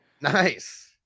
nice